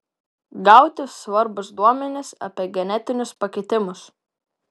gauti svarbūs duomenys apie genetinius pakitimus